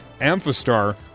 Amphistar